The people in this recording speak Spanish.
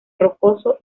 rocoso